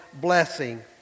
blessing